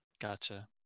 Gotcha